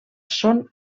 són